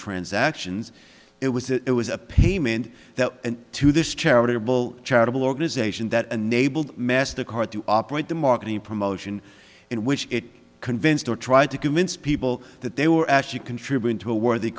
transactions it was it was a payment that to this charitable charitable organization that enabled master card to operate the marketing promotion in which it convinced or tried to convince people that they were actually contributing to a worthy